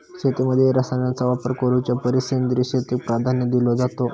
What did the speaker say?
शेतीमध्ये रसायनांचा वापर करुच्या परिस सेंद्रिय शेतीक प्राधान्य दिलो जाता